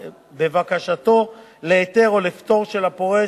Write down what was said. בבקשתו להיתר או לפטור של הפורש,